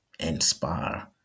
inspire